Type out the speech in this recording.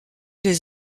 les